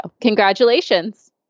congratulations